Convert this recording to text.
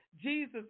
Jesus